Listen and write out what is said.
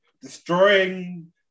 destroying